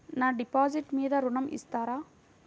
నా డిపాజిట్ మీద ఋణం ఇస్తారా?